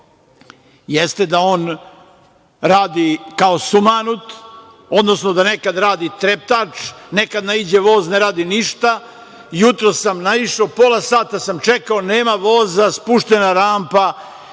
jeste da on radi kao sumanut, odnosno da nekad radi treptač, nekad naiđe voz i ne radi ništa. Jutros sam naišao, pola sata sam čekao, nema voza, spuštena rampa.